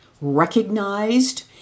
recognized